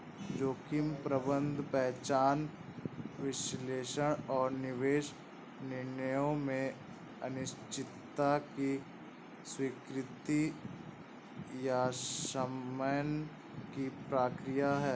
जोखिम प्रबंधन पहचान विश्लेषण और निवेश निर्णयों में अनिश्चितता की स्वीकृति या शमन की प्रक्रिया है